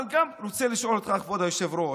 אבל גם רוצה לשאול אותך, כבוד היושב-ראש: